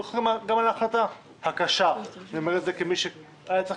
ואני מברך אתכם גם על ההחלטה הקשה אני אומר את זה כמי שהיה צריך